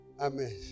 Amen